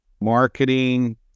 marketing